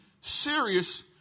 serious